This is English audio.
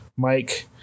Mike